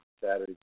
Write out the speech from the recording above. Saturday